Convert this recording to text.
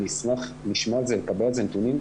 אני אשמח לשמוע ולקבל על זה נתונים,